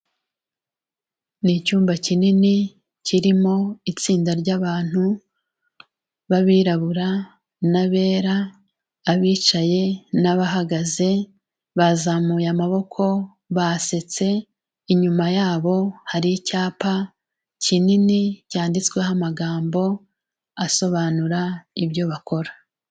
Ni icyumba kinini kirimo itsinda ry'abantu b'abirabura n'abera, abicaye n'abahagaze, bazamuye amaboko basetse, inyuma yabo hari icyapa kinini cyanditsweho amagambo asobanura ibyo bakora.